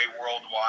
Worldwide